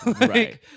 Right